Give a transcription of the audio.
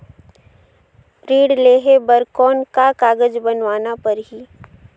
ऋण लेहे बर कौन का कागज बनवाना परही?